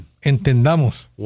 Entendamos